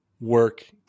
work